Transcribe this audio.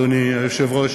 אדוני היושב-ראש,